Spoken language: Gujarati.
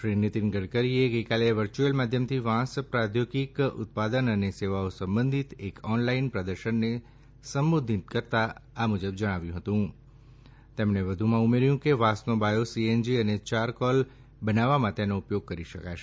શ્રી નિતીન ગડકરીએ ગઇકાલે વર્યુઅલ માધ્યમથી વાંસ પ્રોદ્યોગિકી ઉત્પાદન અને સેવાઓ સંબંધિત એક ઓનલાઇન પ્રદર્શનને સંબોધિત કરતાં જણાવ્યું હતું કે વાંસનો બાથો સીએનજી અને ચાર કોલ બનાવવામાં તેનો ઉપયોગ કરી શકાશે